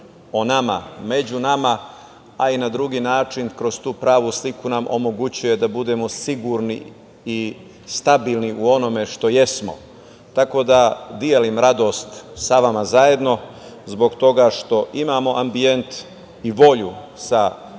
o nama, među nama, a i na drugi način, kroz tu pravu sliku nam omogućuje da budemo sigurni i stabilni u onome što jesmo. Tako da delim radost sa vama zajedno zbog toga što imamo ambijent i volju sa više